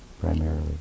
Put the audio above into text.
primarily